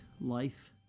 life